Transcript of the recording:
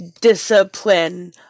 discipline